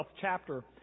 chapter